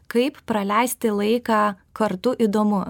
kaip praleisti laiką kartu įdomu